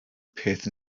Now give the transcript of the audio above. peth